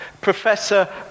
Professor